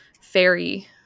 fairy